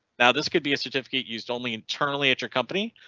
now this could be a certificate used only internally at your company.